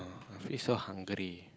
I feel so hungry